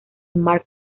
mark